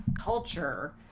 culture